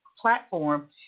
platform